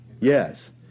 Yes